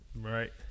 Right